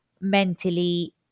mentally